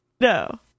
No